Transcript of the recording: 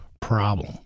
problem